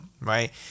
right